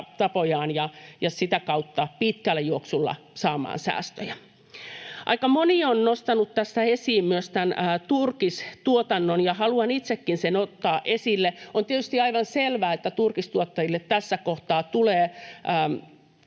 ja sitä kautta pitkällä juoksulla saamaan säästöjä. Aika moni on nostanut tässä esiin myös tämän turkistuotannon, ja haluan itsekin sen ottaa esille. On tietysti aivan selvää, että turkistuottajille tässä kohtaa tulee